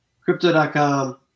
crypto.com